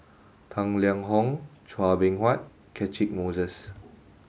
Tang Liang Hong Chua Beng Huat Catchick Moses